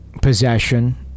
possession